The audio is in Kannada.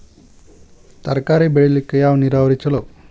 ತರಕಾರಿ ಬೆಳಿಲಿಕ್ಕ ಯಾವ ನೇರಾವರಿ ಛಲೋ?